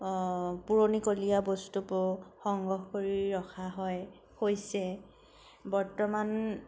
পুৰণিকলীয়া বস্তুবোৰ সংগ্ৰহ কৰি ৰখা হয় হৈছে বৰ্তমান